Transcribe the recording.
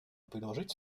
предложить